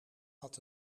had